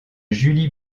julie